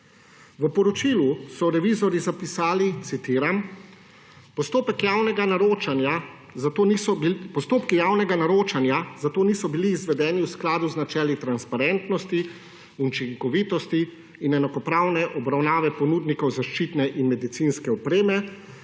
V poročilu so revizorji zapisali, citiram: »Postopki javnega naročanja zato niso bili izvedeni v skladu z načeli transparentnosti, učinkovitosti in enakopravne obravnave ponudnikov zaščitne in medicinske opreme,